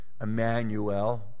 Emmanuel